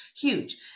huge